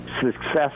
success